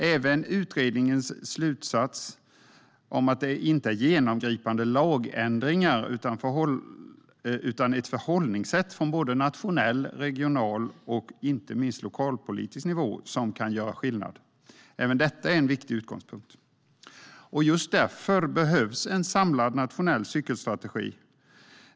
Även utredningens slutsats om att det inte är genomgripande lagändringar utan förhållningssättet från nationell, regional och inte minst lokalpolitisk nivå som kan göra skillnad. Även detta är en viktig utgångspunkt. Just därför behövs en samlad cykelstrategi.